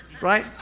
right